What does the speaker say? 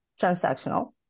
transactional